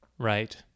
Right